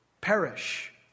perish